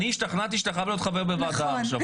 השתכנעתי שאתה חייב להיות חבר בוועדה עכשיו,